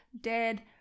dead